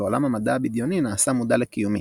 ועולם המדע הבדיוני נעשה מודע לקיומי.